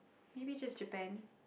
maybe just Japan